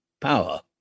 power